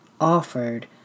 offered